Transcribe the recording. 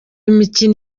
imikino